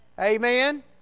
Amen